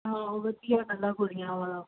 ਹਾਂ ਵਧੀਆ ਇਕੱਲਾ ਕੁੜੀਆਂ ਵਾਲਾ